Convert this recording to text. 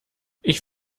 ich